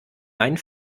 meinen